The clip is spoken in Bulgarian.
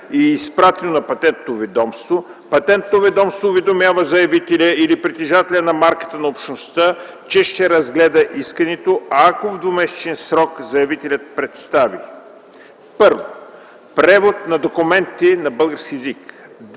е изпратено на Патентното ведомство, Патентното ведомство уведомява заявителя или притежателя на марката на Общността, че ще разгледа искането, ако в двумесечен срок заявителят представи: 1. превод на документите на български език;